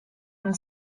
and